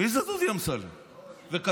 מי זה דודי אמסלם ודומיו?